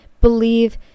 believe